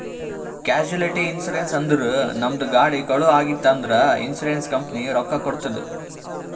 casualty insurance ಅಂದುರ್ ನಮ್ದು ಗಾಡಿ ಕಳು ಆಗಿತ್ತ್ ಅಂದ್ರ ಇನ್ಸೂರೆನ್ಸ್ ಕಂಪನಿ ರೊಕ್ಕಾ ಕೊಡ್ತುದ್